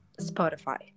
Spotify